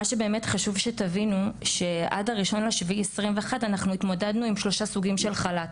חשוב שתבינו שעד 1.7.2021 התמודדנו עם שלושה סוגים של חל"ת.